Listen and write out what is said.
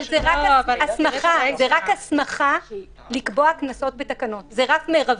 אבל זה רק הסמכה לקבוע קנסות בתקנות, זה רף מרבי.